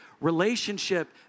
relationship